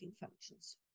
functions